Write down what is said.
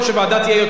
זה יתמסמס.